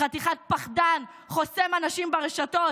חתיכת פחדן, חוסם אנשים ברשתות.